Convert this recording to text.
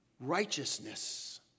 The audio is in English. righteousness